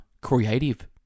creative